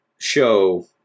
show